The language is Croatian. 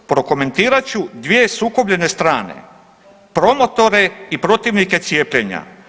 Prokomentirat ću dvije sukobljene strane, promotore i protivnike cijepljenja.